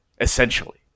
essentially